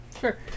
Sure